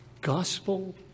gospel